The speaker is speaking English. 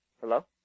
Hello